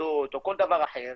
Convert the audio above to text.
הצתות או כל דבר אחר,